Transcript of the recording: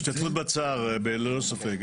השתתפות בצער ללא ספק.